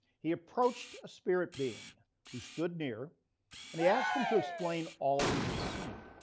he approached a spirit being who stood near and he asked him to explain all he had seen.